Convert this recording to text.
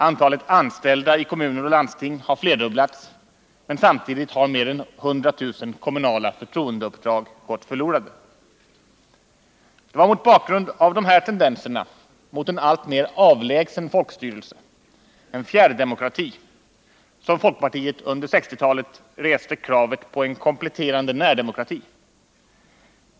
Antalet anställda i kommuner och landsting har flerdubblats, men samtidigt har mer än 100 000 kommunala förtroendeuppdrag gått förlorade. Det var mot bakgrunden av de här tendenserna mot en alltmer avlägsen folkstyrelse, en ”fjärrdemokrati”, som folkpartiet under 1960-talet reste kravet på en kompletterande ”närdemokrati”.